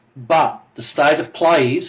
but the state of play